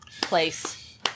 Place